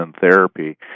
therapy